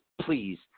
please –